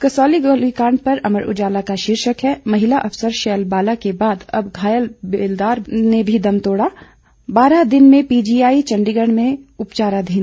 कसौली गोलीकांड पर अमर उजाला का शीर्षक है महिला अफसर शैल बाला के बाद अब घायल बेलदार ने भी दम तोड़ा बारह दिन से पीजीआई चंडीगढ़ में थे उपचाराधीन